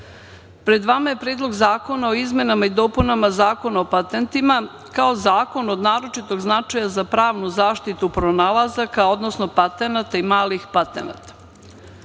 pred vama je Predlog zakona o izmenama i dopunama Zakona o patentima, kao zakon od naročitog značaja za pravnu zaštitu pronalazaka, odnosno patenata i malih patenata. Cilj